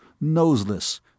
noseless